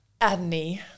Adney